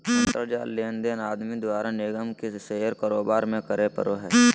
अंतर जाल लेनदेन आदमी द्वारा निगम के शेयर कारोबार में करे पड़ो हइ